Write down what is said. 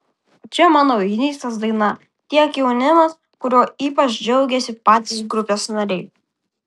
o čia mano jaunystės daina tiek jaunimas kuriuo ypač džiaugiasi patys grupės nariai